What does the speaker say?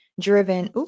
Driven